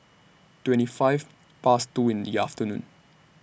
twenty five Past two in The afternoon